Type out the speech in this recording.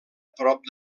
prop